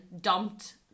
dumped